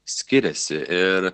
skiriasi ir